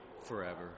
forever